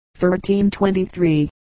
1323